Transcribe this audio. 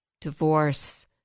divorce